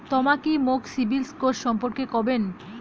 তমা কি মোক সিবিল স্কোর সম্পর্কে কবেন?